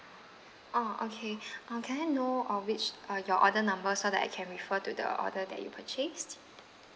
orh okay um can I know uh which are your order number so that I can refer to the order that you purchased